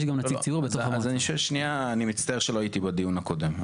יש גם נציג ציבור בתוך המועצה.